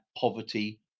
poverty